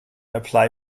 apply